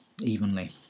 evenly